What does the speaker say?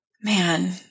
man